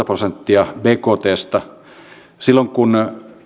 prosenttia bktstä silloin kun